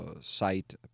site